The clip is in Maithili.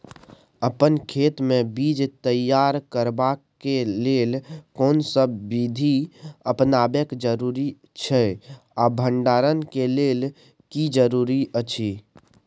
अपन खेत मे बीज तैयार करबाक के लेल कोनसब बीधी अपनाबैक जरूरी अछि आ भंडारण के लेल की जरूरी अछि?